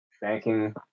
banking